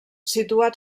situat